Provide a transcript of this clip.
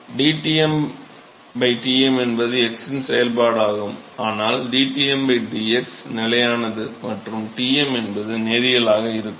dTm Tm என்பது x இன் செயல்பாடாகும் ஆனால் dTm dx நிலையானது மற்றும் Tm என்பது நேரியலாக இருக்கும்